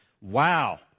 wow